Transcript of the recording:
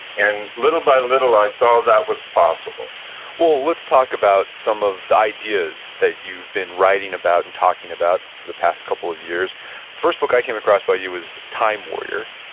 and little by little, i saw that was possible well, let's talk about some of the ideas that you've been writing about and talking about for the past couple of years. the first book i came across by you was time warrior.